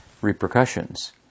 repercussions